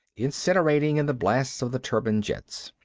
incinerating in the blasts of the turbine jets.